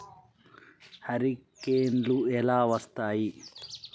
హరికేన్లు ఎలా వస్తాయి?